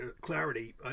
clarity